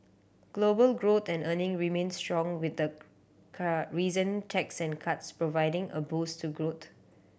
global growth and earning remain strong with the reason tax and cuts providing a boost to growth